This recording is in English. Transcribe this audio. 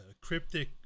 cryptic